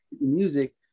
music